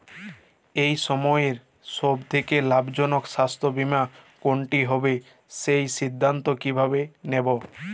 এই সময়ের সব থেকে লাভজনক স্বাস্থ্য বীমা কোনটি হবে সেই সিদ্ধান্ত কীভাবে নেব?